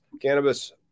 cannabis